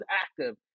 active